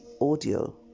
audio